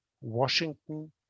Washington